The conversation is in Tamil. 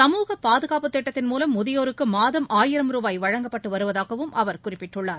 சமூக பாதகாப்பு திட்டத்தின் மூலம் முதியோருக்கு மாதம் ஆயிரம் ரூபாய் வழங்கப்பட்டு வருவதாகவும் அவர் குறிப்பிட்டுள்ளார்